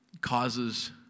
Causes